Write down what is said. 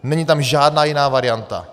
Není tam žádná jiná varianta.